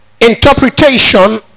interpretation